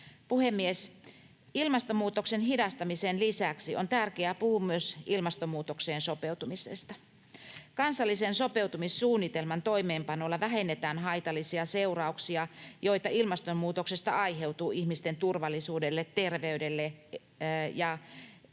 Puhemies! Ilmastonmuutoksen hidastamisen lisäksi on tärkeää puhua myös ilmastonmuutokseen sopeutumisesta. Kansallisen sopeutumissuunnitelman toimeenpanolla vähennetään haitallisia seurauksia, joita ilmastonmuutoksesta aiheutuu ihmisten turvallisuudelle, terveydelle ja elinoloille,